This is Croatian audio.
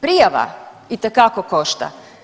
Prijava itekako košta.